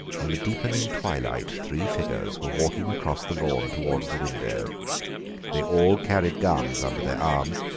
in the deepening twilight three figures were walking across the lawn towards the window they all carried guns under their arms,